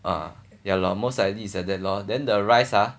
err yeah lor most likely is like that lor then the rice ah